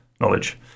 knowledge